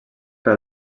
per